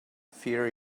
fear